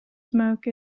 smoke